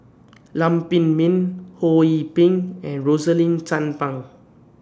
Lam Pin Min Ho Yee Ping and Rosaline Chan Pang